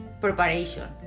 preparation